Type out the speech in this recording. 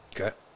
Okay